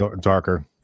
darker